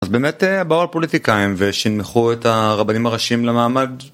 אז באמת באו הפוליטיקאים ושינמכו את הרבנים הראשיים למעמד.